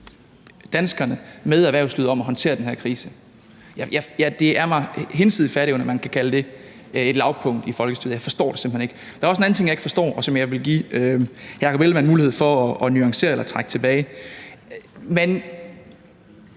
danskerne, med erhvervslivet om at håndtere den her krise. Det er hinsides min fatteevne, at man kan kalde det et lavpunkt i folkestyret, og jeg forstår det simpelt hen ikke. Der er også en anden ting, jeg ikke forstår, og som jeg vil give hr. Jakob Ellemann-Jensen en mulighed for at nuancere eller trække tilbage.